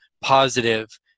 positive